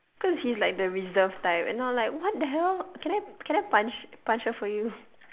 cause he's like the reserved type and I'm like what the hell can I can I punch punch her for you